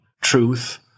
truth